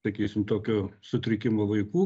sakysim tokio sutrikimo vaikų